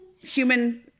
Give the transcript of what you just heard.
human